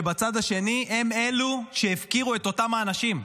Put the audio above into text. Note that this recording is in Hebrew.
כשבצד השני הם אלו שהפקירו את אותם האנשים.